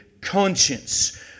conscience